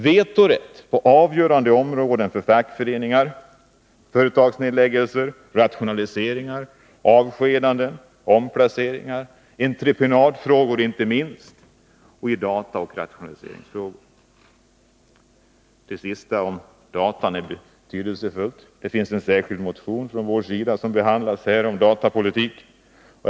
Vetorätt på för fackföreningarna avgörande områden: Företagsnedläggelser, rationaliseringar, avskedanden, omplaceringar, entreprenadfrågor — inte minst — samt datafrågor. Det sista, om datapolitiken, är betydelsefullt. Det finns en särskild motion från oss om datapolitik, som behandlas i det här betänkandet.